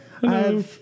Hello